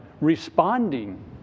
responding